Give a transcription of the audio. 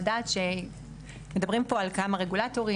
לדעת שמדברים פה על כמה רגולטורים,